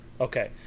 okay